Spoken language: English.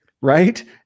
Right